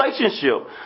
relationship